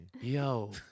Yo